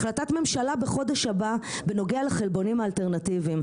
החלטת ממשלה בחודש הבא בנוגע לחלבונים האלטרנטיביים,